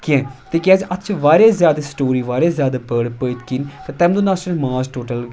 کینٛہہ تِکیازِ اَتھ چھِ واریاہ زیادٕ سِٹوری واریاہ زیادٕ بٔڈ پٔتۍ کِنۍ تہٕ تَمہِ دۄہ نَسا چھُنہٕ ماز ٹوٹَل